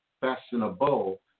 fashionable